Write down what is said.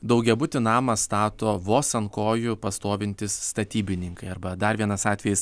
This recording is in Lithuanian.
daugiabutį namą stato vos ant kojų pastovintys statybininkai arba dar vienas atvejis